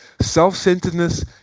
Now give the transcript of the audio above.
Self-centeredness